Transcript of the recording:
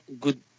Good